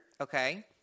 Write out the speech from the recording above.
Okay